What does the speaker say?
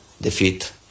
defeat